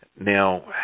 Now